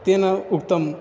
तेन उक्तं